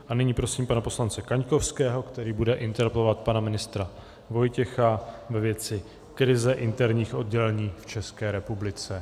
A nyní prosím pana poslance Kaňkovského, který bude interpelovat pana ministra Vojtěcha ve věci krize interních oddělení v České republice.